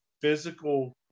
physical